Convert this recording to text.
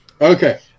Okay